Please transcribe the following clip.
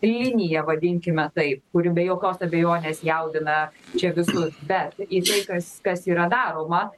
liniją vadinkime taip kuri be jokios abejonės jaudina čia visus bet į tai kas kas yra daroma